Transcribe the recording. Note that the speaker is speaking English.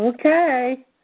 Okay